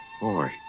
Boy